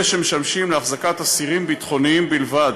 אלה שמשמשים להחזקת אסירים ביטחוניים בלבד,